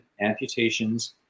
amputations